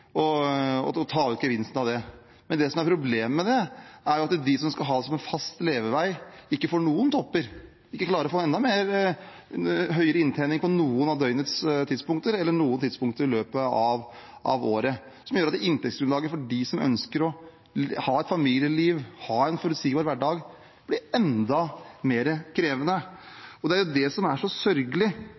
og ta ut gevinsten av det. Det som er problemet med det, er at de som skal ha det som fast levevei, ikke får noen topper, ikke klarer å få høyere inntjening på noen av døgnets tidspunkter eller på noen tidspunkter i løpet av året. Det gjør at inntektsgrunnlaget for dem som ønsker å ha et familieliv og en forutsigbar hverdag, blir enda mer krevende. Det er jo det som er så sørgelig